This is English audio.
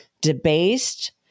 debased